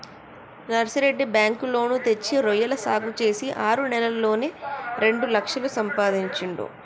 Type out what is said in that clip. Narsireddy bank loan తెచ్చి రొయ్యల సాగు చేసి ఆరు నెలల్లోనే రెండు లక్షలు సంపాదించిండు